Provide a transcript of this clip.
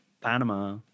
Panama